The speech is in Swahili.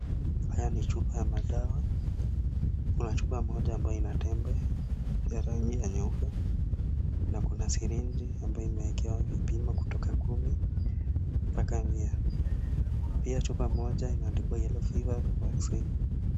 Haya ni chupa ya madawa, kuna chupa ambayo ina tembe ya rangi ya nyeupe, na kuna sirinji ambayo imeekewa vipimo cha dawa kutoka kumi mpaka mia. Chupa moja imeandkwa yellow fever vaccine .